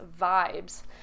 vibes